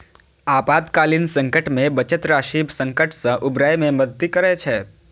आपातकालीन संकट मे बचत राशि संकट सं उबरै मे मदति करै छै